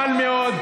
לא נכון.